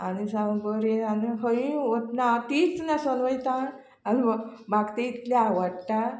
आनी सामकी बरी आनी खंय वतना हांव तीच न्हेसून वतां आनी म्हाका ती इतली आवडटा